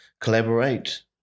collaborate